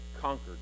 conquered